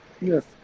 Yes